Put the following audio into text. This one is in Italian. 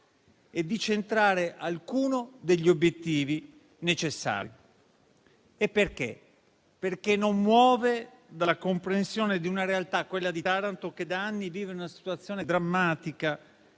e di centrare alcuno degli obiettivi necessari. Questo perché non muove dalla comprensione di una realtà, quella di Taranto, che da anni vive una situazione drammatica